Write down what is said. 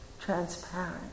transparent